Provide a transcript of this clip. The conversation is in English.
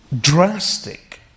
drastic